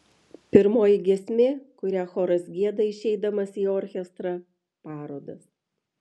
pirmoji giesmė kurią choras gieda išeidamas į orchestrą parodas